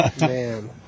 Man